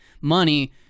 money